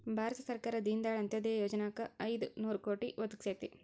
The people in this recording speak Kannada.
ಭಾರತ ಸರ್ಕಾರ ದೇನ ದಯಾಳ್ ಅಂತ್ಯೊದಯ ಯೊಜನಾಕ್ ಐದು ನೋರು ಕೋಟಿ ಒದಗಿಸೇತಿ